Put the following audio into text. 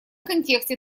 контексте